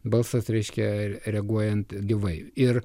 balsas reiškia ir reaguojant gyvai ir